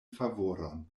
favoron